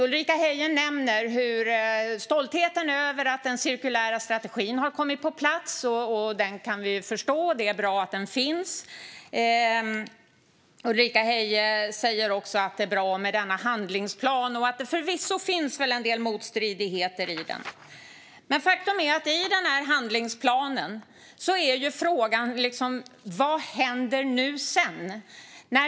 Ulrika Heie nämner stoltheten över att den cirkulära strategin har kommit på plats. Den stoltheten kan vi förstå; det är bra att den strategin finns. Ulrika Heie säger också att det är bra med denna handlingsplan. Det finns förvisso en del motstridigheter i den, men frågan är vad som händer sedan.